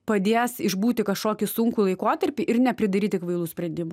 padės išbūti kažkokį sunkų laikotarpį ir nepridaryti kvailų sprendimų